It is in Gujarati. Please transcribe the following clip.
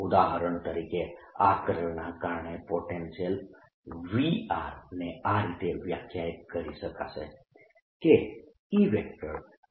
ઉદાહરણ તરીકે આ કર્લના કારણે પોટેન્શિયલ Vr ને આ રીતે વ્યાખ્યાયીત કરી શકાશે કે E